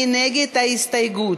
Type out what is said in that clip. מי נגד ההסתייגות?